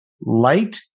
light